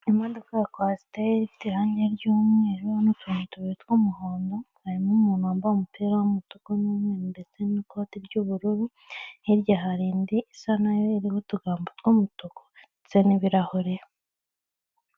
Imodoka ya kwasiteri ifite irange ry'umweru n'utuntu tubiri tw'umuhondo, harimo umuntu wambaye umupira w'umutuku n'umweru ndetse n'ikote ry'ubururu, hirya hari indi isa nayo iriho utugambo tw'umutuku ndetse n'ibirahure.